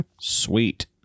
Sweet